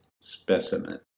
specimen